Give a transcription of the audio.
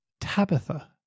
Tabitha